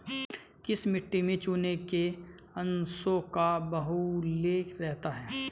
किस मिट्टी में चूने के अंशों का बाहुल्य रहता है?